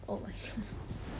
oh my god